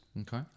Okay